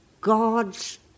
God's